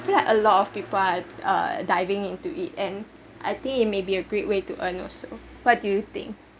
feel like a lot of people are uh diving into it and I think it maybe a great way to earn also what do you think